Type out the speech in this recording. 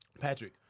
Patrick